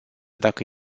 dacă